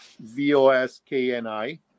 V-O-S-K-N-I